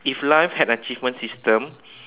if life had achievement system